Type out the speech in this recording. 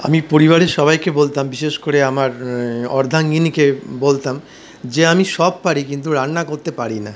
আমি পরিবারের সবাইকে বলতাম বিশেষ করে আমার অর্ধাঙ্গিনীকে বলতাম যে আমি সব পারি কিন্তু রান্না করতে পারি না